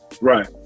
Right